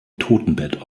totenbett